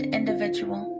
individual